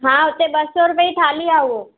हा हुते ॿ सौ रुपे जी थाली आहे उहो